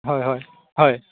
হয় হয় হয়